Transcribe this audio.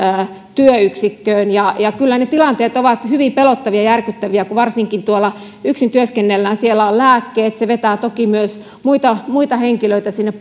työyksikköön kyllä ne tilanteet ovat hyvin pelottavia ja järkyttäviä varsinkin kun yksin työskennellään siellä on lääkkeet se vetää toki myös muita muita henkilöitä sinne